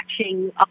matching